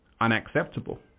Unacceptable